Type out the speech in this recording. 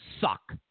suck